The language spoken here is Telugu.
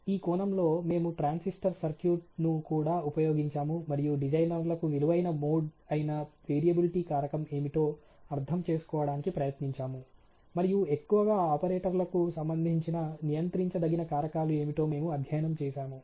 ఈ కోణంలో మేము ట్రాన్సిస్టర్ సర్క్యూట్ ను కూడా ఉపయోగించాము మరియు డిజైనర్లకు విలువైన మోడ్ అయిన వేరియబిలిటీ కారకం ఏమిటో అర్థం చేసుకోవడానికి ప్రయత్నించాము మరియు ఎక్కువగా ఆపరేటర్లకు సంబంధించిన నియంత్రించదగిన కారకాలు ఏమిటో మేము అధ్యయనం చేసాము